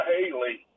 Haley